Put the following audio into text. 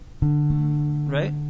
right